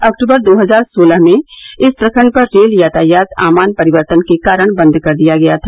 अक्टूबर दो हजार सोलह में इस प्रखंड पर रेल यातायात आमान परिवर्तन के कारण बंद कर दिया गया था